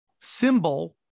symbol